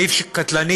סעיף קטלני,